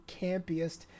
campiest